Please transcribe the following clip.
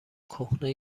کهنه